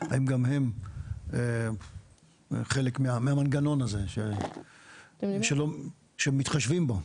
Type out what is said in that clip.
הן גם חלק מהמנגנון הזה שמתחשבים בו?